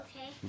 Okay